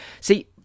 See